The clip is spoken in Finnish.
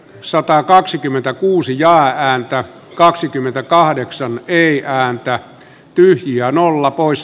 satakaksikymmentäkuusi ja häntä kaksikymmentäkahdeksan ei ääntä tyhjään olla pois